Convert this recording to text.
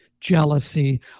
jealousy